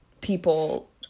people